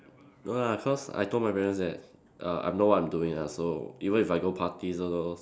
no lah cause I told my parents that uh I know what I'm doing ah so even if I go party also those